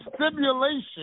simulation